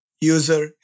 user